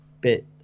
bit